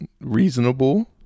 reasonable